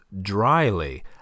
dryly